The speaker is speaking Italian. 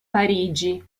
parigi